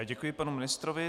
Děkuji panu ministrovi.